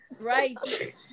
Right